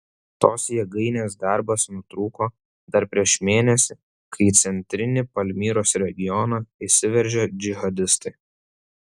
tos jėgainės darbas nutrūko dar prieš mėnesį kai į centrinį palmyros regioną įsiveržė džihadistai